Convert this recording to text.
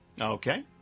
Okay